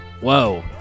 Whoa